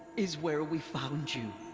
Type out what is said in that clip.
is where we found you!